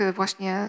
właśnie